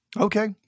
Okay